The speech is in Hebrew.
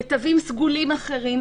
לתווים סגולים אחרים.